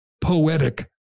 poetic